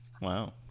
Wow